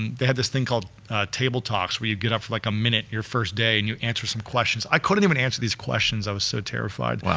and they had this thing called table talks where you get up like a minute your first day and you answer some questions. i couldn't and answer these questions, i was so terrified.